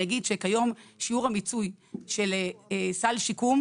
אני אגיד שכיום שיעור המיצוי של סל שיקום